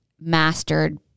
mastered